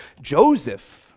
Joseph